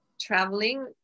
traveling